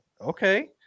okay